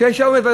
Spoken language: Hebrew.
כשהאישה עומדת,